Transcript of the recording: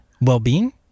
well-being